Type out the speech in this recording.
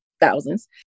thousands